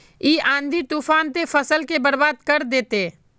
इ आँधी तूफान ते फसल के बर्बाद कर देते?